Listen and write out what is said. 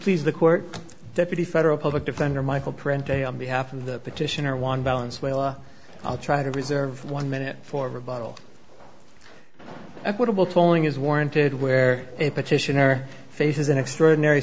please the court deputy federal public defender michael print a on behalf of the petitioner one balance well i'll try to reserve one minute for rebuttal equitable tolling is warranted where a petitioner faces an extraordinary